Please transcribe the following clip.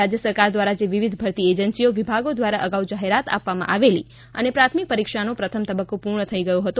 રાજ્ય સરકાર દ્વારા જે વિવિધ ભરતી એજન્સીઓ વિભાગો દ્વારા અગાઉ જાહેરાત આપવામાં આવેલી અને પ્રાથમિક પરિક્ષાનો પ્રથમ તબક્કો પૂર્ણ થઇ ગયો હતો